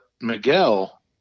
miguel